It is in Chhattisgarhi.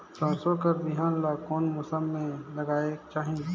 सरसो कर बिहान ला कोन मौसम मे लगायेक चाही?